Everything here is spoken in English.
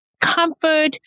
comfort